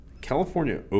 California